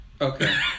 Okay